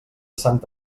sant